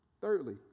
Thirdly